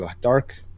Dark